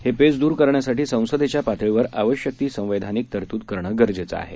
हे पेच दूर करण्यासाठी संसदेच्या पातळीवर आवश्यक ती संवैधानिक तरतूद करणं गरजेचे आहे